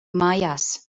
mājās